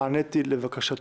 נעניתי לבקשתו.